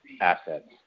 assets